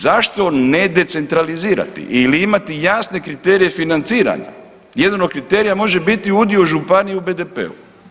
Zašto ne decentralizirati ili imati jasne kriterije financiranja, jedan od kriterija može biti udio županije u BDP-u.